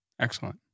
Excellent